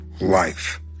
life